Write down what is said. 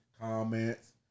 comments